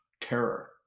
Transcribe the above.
terror